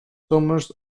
summers